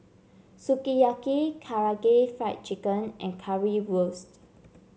Sukiyaki Karaage Fried Chicken and Currywurst